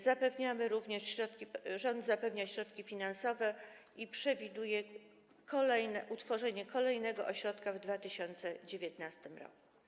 Zapewniamy również środki, rząd zapewnia środki finansowe i przewiduje kolejne utworzenie kolejnego ośrodka w 2019 r.